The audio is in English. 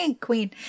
queen